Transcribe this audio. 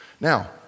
Now